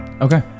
Okay